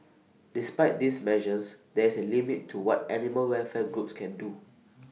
despite these measures there is A limit to what animal welfare groups can do